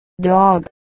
dog